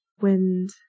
wind